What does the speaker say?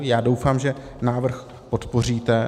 Já doufám, že návrh podpoříte.